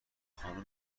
خانوم